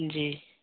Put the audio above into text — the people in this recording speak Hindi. जी